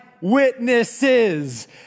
witnesses